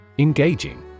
Engaging